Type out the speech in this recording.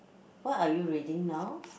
what are you reading now